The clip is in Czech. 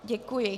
Děkuji.